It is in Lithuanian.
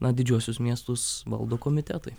na didžiuosius miestus valdo komitetai